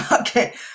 okay